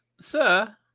sir